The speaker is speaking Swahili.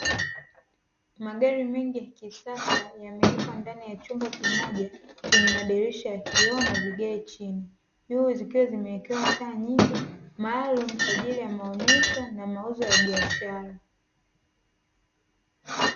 Magari mengi ya kisasa yamewekwa ndani ya chumba kimoja chenye madirisha ya kioo na vigae chini, juu zikiwa zimewekewa taa nyingi maaalumu kwa ajili ya maonesho na mauzo ya biashara.